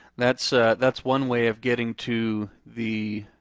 that's that's one way of getting to the